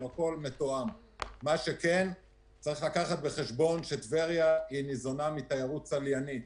מה שכן צריך לקחת בחשבון שטבריה ניזונה מתיירות צליינית.